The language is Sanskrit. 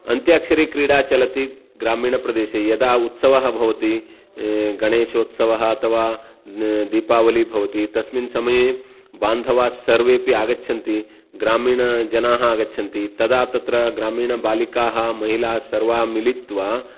अन्त्याक्षरीक्रीडा चलति ग्रामीणप्रदेशे यदा उत्सवः भवति गणेशोत्सवः अथवा दीपावली भवति तस्मिन् समये बान्धवास्सर्वेऽपि आगच्छन्ति ग्रामीणजनाः आगच्छन्ति तदा तत्र ग्रामीणबालिकाः महिलाः सर्वाः मिलित्वा